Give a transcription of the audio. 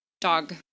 dog